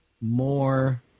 more